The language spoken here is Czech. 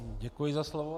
Děkuji za slovo.